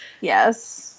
Yes